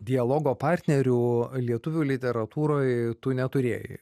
dialogo partnerių lietuvių literatūroje tu neturėjai